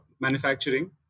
manufacturing